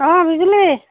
অঁ বিজুলী